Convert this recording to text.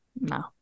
No